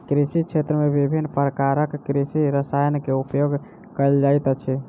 कृषि क्षेत्र में विभिन्न प्रकारक कृषि रसायन के उपयोग कयल जाइत अछि